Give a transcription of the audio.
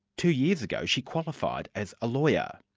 two years ago she qualified as a lawyer.